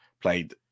played